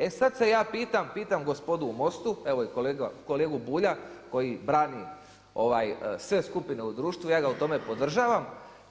E sada se ja pitam, pitam gospodu u MOST-u evo i kolegu Bulja koji brani sve skupine u društvu i ja ga u tome podržavam,